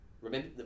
remember